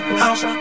house